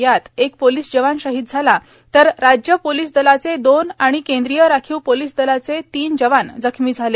यातच एक पोलीस जवान शहीद झाला तर राज्य पोलीस दलाचे दोन आणि केंद्रीय राखीव पोलीस दलाचे तीन जवान जखमी झाले